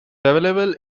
available